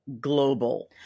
global